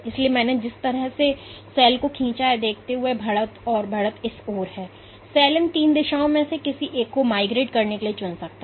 इसलिए मैंने जिस तरह से सेल को खींचा है यह देखते हुए कि यह बढ़त और बढ़त इस ओर है सेल इन तीन दिशाओं में से किसी एक को माइग्रेट करने के लिए चुन सकता है